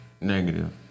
negative